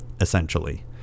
essentially